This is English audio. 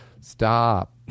stop